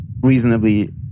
reasonably